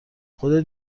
خودت